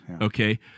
Okay